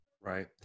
Right